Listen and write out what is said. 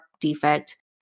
defect